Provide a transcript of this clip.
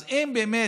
אז אם באמת,